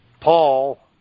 Paul